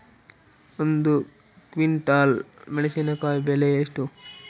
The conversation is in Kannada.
ಒಂದು ಕ್ವಿಂಟಾಲ್ ಮೆಣಸಿನಕಾಯಿ ಬೆಲೆ ಎಷ್ಟು?